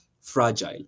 fragile